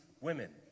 women